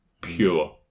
pure